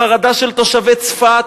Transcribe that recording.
בחרדה של תושבי צפת?